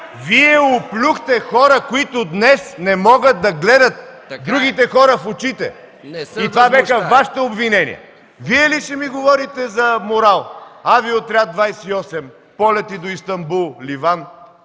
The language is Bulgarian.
Вие оплюхте хора, които днес не могат да гледат другите хора в очите! Това бяха Вашите обвинения! Вие ли ще ми говорите за морал?! Авиоотряд 28, полети до Истанбул, Ливан!